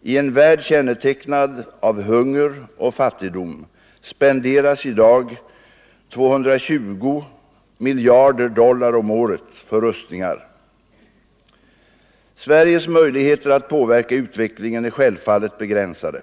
I en värld kännetecknad av hunger och fattigdom spenderas i dag 220 miljarder dollar om året på rustningar. Sveriges möjligheter att påverka utvecklingen är självfallet begränsade.